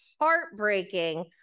heartbreaking